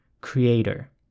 creator